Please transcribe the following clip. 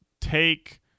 take